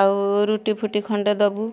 ଆଉ ରୁଟି ଫୁଟି ଖଣ୍ଡେ ଦବୁ